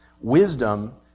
Wisdom